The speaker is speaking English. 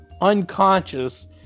unconscious